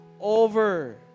over